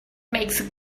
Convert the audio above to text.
makes